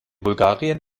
bulgarien